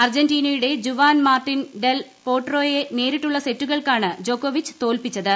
അർജന്റീനയുടെ Juan Martin del പോട്രോയെ നേരിട്ടുള്ള സെറ്റുകൾക്കാണ് ജോക്കോവിച്ച് തോൽപിച്ചത്